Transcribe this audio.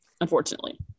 unfortunately